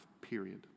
period